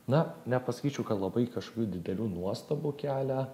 na nepasakyčiau ka labai kažkokių didelių nuostabų kelia